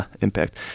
impact